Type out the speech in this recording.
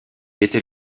était